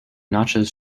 natchez